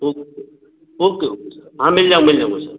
okay okay okay sir हाँ मिल जाऊँ मिल जाऊँगा सर